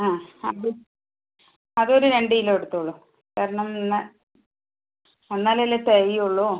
ആ അത് അത് ഒര് രണ്ട് കിലോ എടുത്തോളൂ കാരണം എന്നാൽ എന്നാൽ അല്ലേ തികയുള്ളു